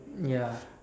ya